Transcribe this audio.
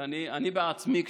כי אני בעצמי,